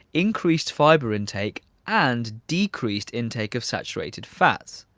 increased fibre intake and decreased intake of saturated fats.